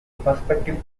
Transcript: perspective